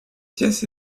pièces